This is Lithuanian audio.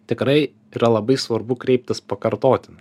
tikrai yra labai svarbu kreiptis pakartotinai